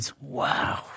Wow